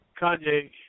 Kanye